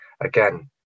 again